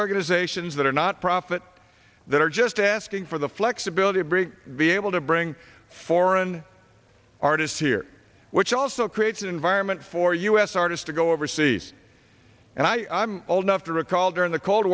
organizations that are not profit that are just asking for the flexibility bre be able to bring foreign artists here which also creates an environment for us artists to go overseas and i am old enough to recall during the cold